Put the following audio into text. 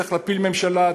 צריך להפיל ממשלה,